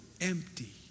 empty